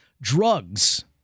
Drugs